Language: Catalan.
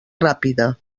ràpida